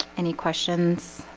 any questions